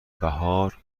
بهار